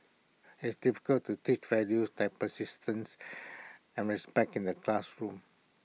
it's difficult to teach values like persistence and respect in the classroom